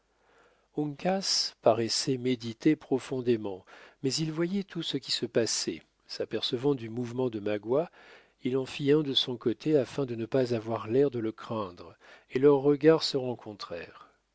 paraissait méditer profondément mais il voyait tout ce qui se passait s'apercevant du mouvement de magua il en fit un de son côté afin de ne pas avoir l'air de le craindre et leurs regards se